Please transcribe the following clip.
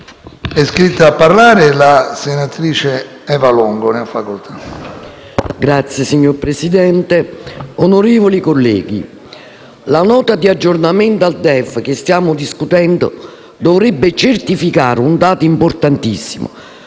Signor Presidente, onorevoli colleghi, la Nota di aggiornamento del DEF, che stiamo discutendo, dovrebbe certificare un dato importantissimo,